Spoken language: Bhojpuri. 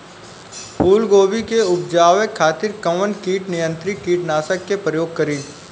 फुलगोबि के उपजावे खातिर कौन कीट नियंत्री कीटनाशक के प्रयोग करी?